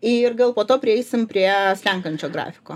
ir gal po to prieisim prie slenkančio grafiko